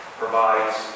Provides